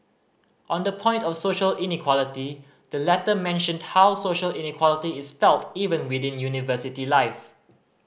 on the point of social inequality the letter mentioned how social inequality is felt even within university life